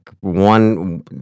one